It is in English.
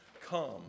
come